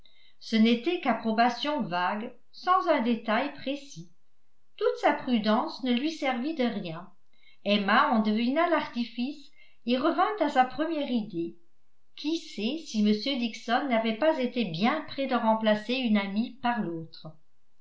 ce n'était qu'approbations vagues sans un détail précis toute sa prudence ne lui servit de rien emma en devina l'artifice et revint à sa première idée qui sait si m dixon n'avait pas été bien près de remplacer une amie par l'autre